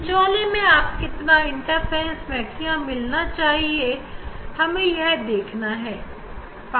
बीच वाले में हमें कितना इंटरफेरेंस मैक्सिमा मिलना चाहिए यह हमें देखना होगा